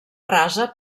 rasa